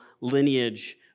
lineage